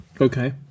Okay